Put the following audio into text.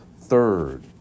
third